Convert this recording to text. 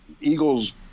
Eagles